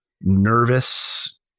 nervous